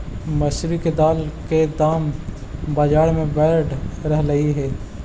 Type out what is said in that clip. मसूरी के दाल के दाम बजार में बढ़ रहलई हे